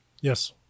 Yes